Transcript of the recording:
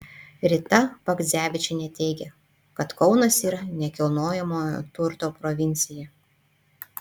rita bagdzevičienė teigia kad kaunas yra nekilnojamojo turto provincija